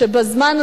למה לא,